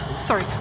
Sorry